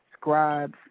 scribes